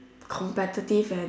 competitive and